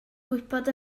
gwybod